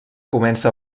comença